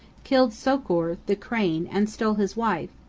killed sikor', the crane, and stole his wife,